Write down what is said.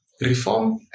reform